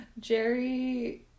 Jerry